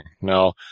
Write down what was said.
Now